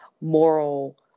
moral